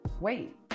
Wait